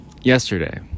Yesterday